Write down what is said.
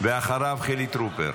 ואחריו, חילי טרופר.